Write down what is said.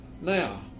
Now